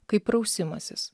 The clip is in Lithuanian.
kaip prausimasis